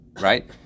right